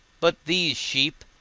but these sheep,